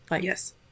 Yes